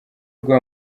ubwo